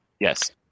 Yes